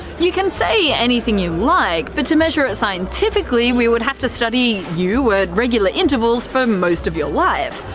you can say anything you like, but to measure it scientifically we would have to study you at regular intervals for most of your life.